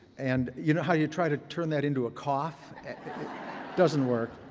and you know how you try to turn that into a cough. it doesn't work.